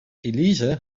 elise